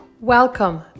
welcome